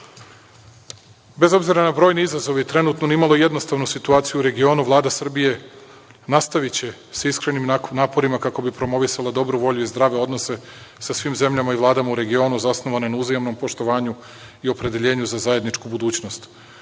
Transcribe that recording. obzira na brojne izazove i trenutnu nimalo jednostavnu situaciju, Vlada Srbije nastaviće sa iskrenim naporima kako bi promovisala dobru volju i zdrave odnose sa svim zemljama i vladama u regionu zasnovanim na uzajamnom poštovanju i opredeljenju za zajedničku evropsku